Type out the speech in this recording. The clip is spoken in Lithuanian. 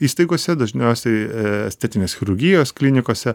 įstaigose dažniausiai estetinės chirurgijos klinikose